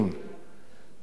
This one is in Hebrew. פשוט איום ונורא.